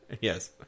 yes